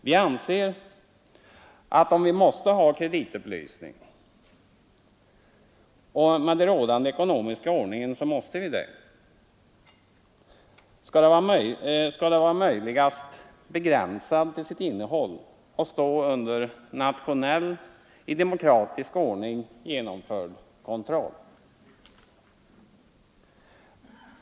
Vi anser att om vi måste ha kreditupplysning — och med den rådande ekonomiska ordningen måste vi det — skall den vara så begränsad som möjligt till sitt innehåll och stå under nationell, i demokratisk ordning genomförd kontroll.